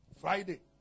Friday